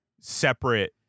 separate